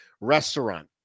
restaurant